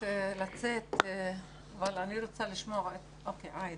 אני חייבת לצאת, אבל אני רוצה לשמוע את עאידה.